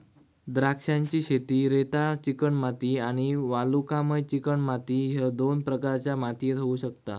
द्राक्षांची शेती रेताळ चिकणमाती आणि वालुकामय चिकणमाती ह्य दोन प्रकारच्या मातीयेत होऊ शकता